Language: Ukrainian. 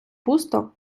пусто